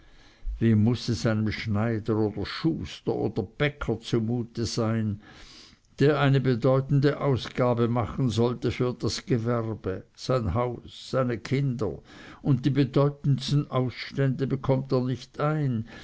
wie muß es einem schneider oder schuster oder bäcker zumute sein der eine bedeutende ausgabe machen sollte für das gewerbe sein haus seine kinder und die bedeutendsten ausstände bekommt er nicht ein